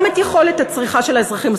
גם את יכולת הצריכה של האזרחים.